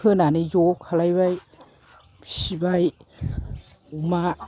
होनानै ज' खालायबाय फिबाय अमा